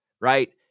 Right